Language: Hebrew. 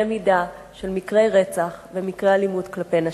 מידה של מקרי רצח ומקרי אלימות כלפי נשים.